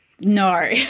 No